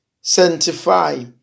sanctify